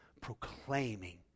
proclaiming